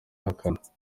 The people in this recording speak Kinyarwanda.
ahakana